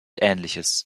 ähnliches